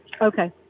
Okay